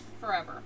Forever